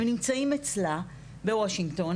הם נמצאים אצלה בוושינגטון,